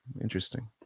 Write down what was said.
interesting